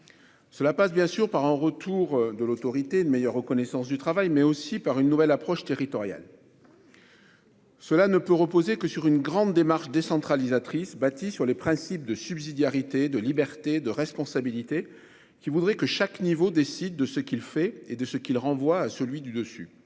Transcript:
Cela passe, bien sûr, par un retour de l'autorité et par une meilleure reconnaissance du travail, mais aussi par une nouvelle approche territoriale. Cela ne peut reposer que sur une grande démarche décentralisatrice bâtie sur les principes de subsidiarité, de liberté et de responsabilité, établissant que chaque niveau décide de ce qu'il fait et de ce qu'il renvoie à celui du dessus,